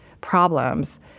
problems